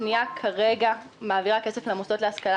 הפנייה כרגע מעבירה כסף למוסדות להשכלה